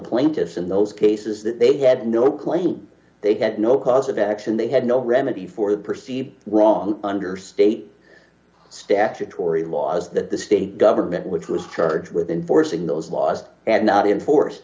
plaintiffs in those cases that they had no claim they get no cause of action they had no remedy for the perceived wrong under state statutory laws that the state government which was charged with enforcing those laws and not enforced